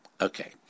Okay